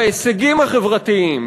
בהישגים החברתיים,